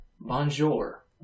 bonjour